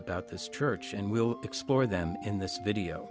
about this church and we'll explore them in this video